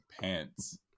pants